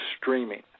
streaming